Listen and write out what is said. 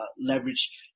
leverage